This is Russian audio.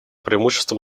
преимущества